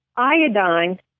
Iodine